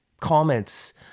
comments